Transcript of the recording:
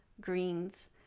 greens